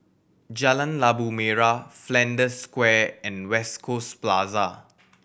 Jalan Labu Merah Flanders Square and West Coast Plaza